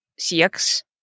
CX